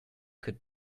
could